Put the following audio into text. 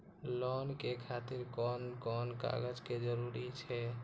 Loan के खातिर कोन कोन कागज के जरूरी छै?